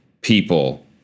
people